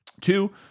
Two